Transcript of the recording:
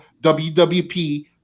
wwp